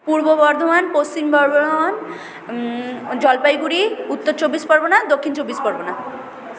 পূর্ব বর্ধমান পশ্চিম জলপাইগুড়ি উত্তর চব্বিশ পরগনা দক্ষিণ চব্বিশ পরগনা